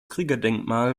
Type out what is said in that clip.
kriegerdenkmal